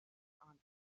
answered